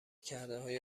کردههای